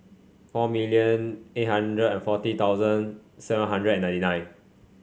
four million eight hundred and forty thousand seven hundred and ninety nine